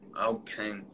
Okay